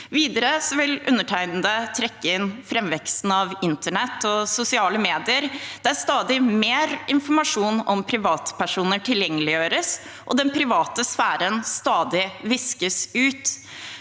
Videre vil undertegnede trekke inn framveksten av internett og sosiale medier, der stadig mer informasjon om privatpersoner tilgjengeliggjøres og den private sfæren stadig viskes ut,